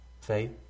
Faith